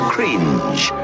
Cringe